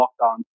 lockdown